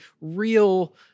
real